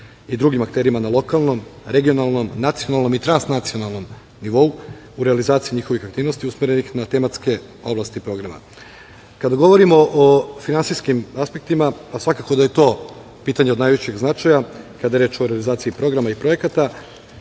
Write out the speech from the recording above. i drugim akterima na lokalnom, regionalnom, nacionalnom i transnacionalnom nivou u realizaciji njihovih aktivnosti usmerenih na tematske oblasti programa. Kada govorimo o finansijskim aspektima, a svakako da je to pitanje od najvećeg značaja kada je reč o realizaciji programa i projekata,